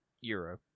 euro